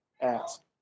ask